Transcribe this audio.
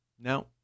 No